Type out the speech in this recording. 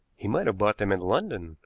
he might have bought them in london,